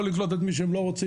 לא לקלוט את מי שהם לא רוצים,